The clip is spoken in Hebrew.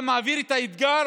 אתה מעביר את האתגר